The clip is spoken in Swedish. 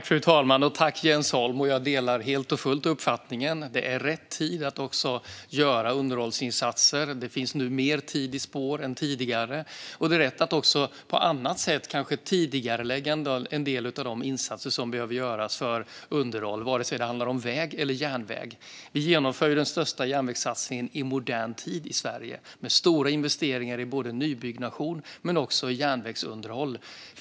Fru talman! Tack, Jens Holm! Jag delar helt och fullt uppfattningen att det är rätt tid att göra underhållsinsatser. Det finns nu mer tid i spår än tidigare, och det går kanske att tidigarelägga en del av de insatser som behöver göras för underhåll, vare sig det handlar om väg eller järnväg. Vi genomför den största järnvägssatsningen i modern tid i Sverige med stora investeringar i både nybyggnation och järnvägsunderhåll.